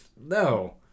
No